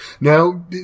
Now